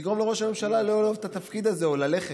לגרום לראש הממשלה לא לאהוב את התפקיד את זה או ללכת,